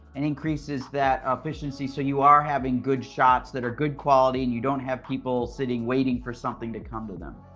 and increases that efficiency so you are having good shots that are good quality, and you don't have people sitting, waiting for something to come to them.